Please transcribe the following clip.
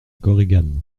korigane